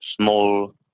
small